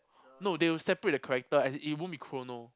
no they will separate the character as in it won't be chrono